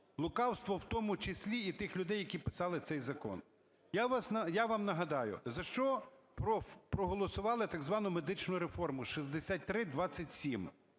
лукавством в тому числі і тих людей, які писали цей закон? Я вам нагадаю, за що проголосували, так звану медичну реформу, 6327.